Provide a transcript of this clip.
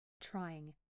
trying